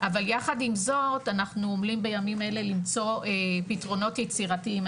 אבל יחד עם זאת אנחנו עומלים בימים אלה למצוא פתרונות יצירתיים.